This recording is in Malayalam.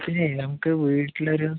പിന്നെ നമുക്ക് വീട്ടിൽ ഒരു